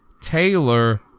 Taylor